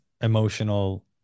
emotional